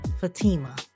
Fatima